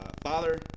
father